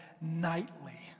nightly